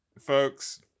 Folks